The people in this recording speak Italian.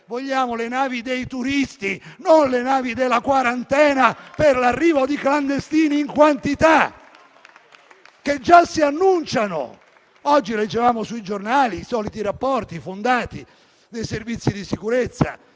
vogliamo le navi dei turisti, non le navi della quarantena per l'arrivo di clandestini in quantità, che già si annunciano. Oggi leggevamo sui giornali i soliti rapporti fondati dei Servizi di sicurezza